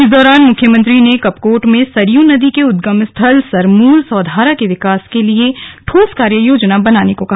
इस दौरान मुख्यमंत्री ने कपकोट में सरयू नदी के उद्गम स्थल सरमूल सौधारा के विकास के लिए ठोस कार्ययोजना बनाने को कहा